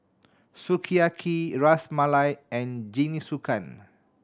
Sukiyaki Ras Malai and Jingisukan